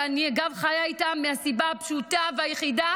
שאני חיה איתן מהסיבה הפשוטה והיחידה